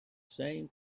same